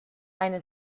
eine